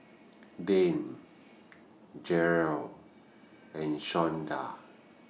Dane Jerrel and Shawnda